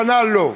השנה לא.